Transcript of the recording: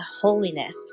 holiness